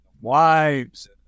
wives